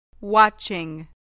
Watching